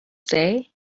say